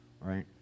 right